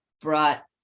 brought